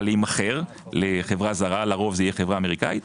להימכר לחברה זרה לרוב זה יהיה חברה אמריקאית,